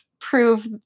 prove